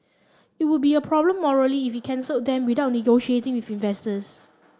it would be a problem morally if it cancelled them without negotiating with investors